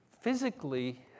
physically